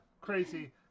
crazy